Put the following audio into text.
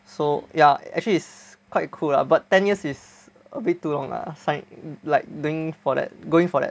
so ya actually is quite cool lah but ten years is a bit too long lah sign like doing for the going for that